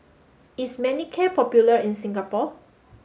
is Manicare popular in Singapore